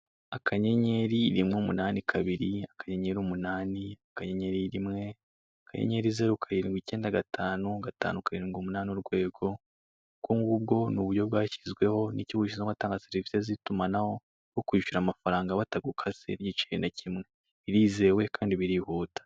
Akanyenyeri rimwe, umunani, kabiri akanyenyeri umunani akanyenyeri rimwe akanyenyeri zeru, karindwi, icyenda, gatanu, gatanu, karindwi, umunani urwego ubwongubwo ni uburyo bwashyizweho n'ikigo gishinzwe gutanga serivise z'itumanaho bwo kwishyura amafaranga batagukase n'igiceri nakimwe birizewe kandi birihuta.